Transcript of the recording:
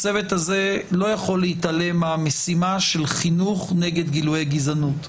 הצוות הזה לא יכול להתעלם מהמשימה של חינוך נגד גילויי גזענות.